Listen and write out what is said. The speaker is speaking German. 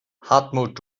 hartmut